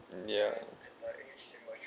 ya